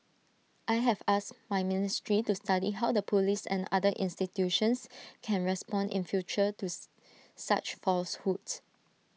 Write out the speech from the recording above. I have asked my ministry to study how the Police and other institutions can respond in future tooth such falsehoods